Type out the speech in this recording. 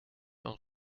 een